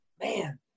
man